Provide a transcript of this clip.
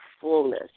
fullness